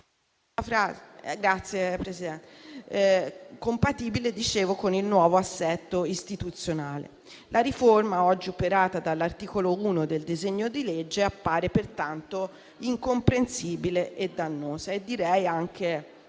quanto reputata compatibile con il nuovo assetto istituzionale. La riforma, oggi operata dall'articolo 1 del disegno di legge, appare pertanto incomprensibile e dannosa e direi anche